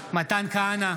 מתן כהנא,